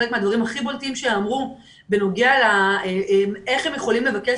חלק מהדברים הכי בולטים שאמרו איך הם יכולים לבקש